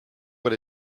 what